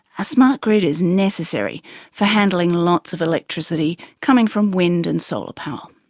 a smart grid is necessary for handling lots of electricity coming from wind and solar power.